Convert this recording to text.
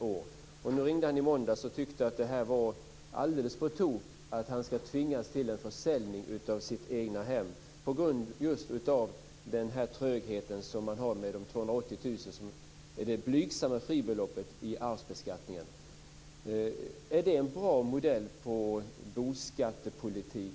Denna änkling ringde mig i måndags och tyckte att det var alldeles på tok att han ska tvingas att sälja sitt eget hem just på grund av den tröghet som finns med det blygsamma fribeloppet i arvsbeskattningen, 280 000 kr. Är det en bra modell för en boskattepolitik?